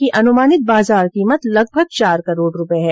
इनकी अनुमानित बाजार कीमत लगभग चार करोड़ रूपए है